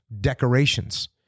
decorations